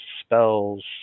spells